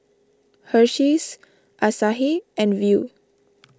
Hersheys Asahi and Viu